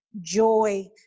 joy